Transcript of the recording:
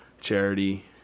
charity